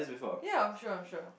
ya I'm sure I'm sure